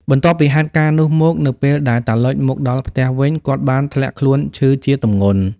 បន្ទាប់ពីហេតុការណ៍នោះមក នៅពេលដែលតាឡុចមកដល់ផ្ទះវិញ គាត់បានធ្លាក់ខ្លួនឈឺជាទម្ងន់។